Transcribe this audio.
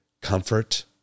comfort